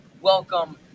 Welcome